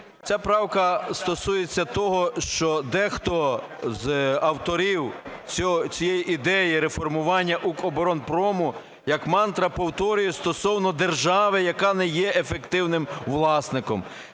ця правка стосується того, що дехто з авторів цієї ідеї реформування "Укроборонпрому", як мантру повторює стосовно держави, яка не є ефективним власником.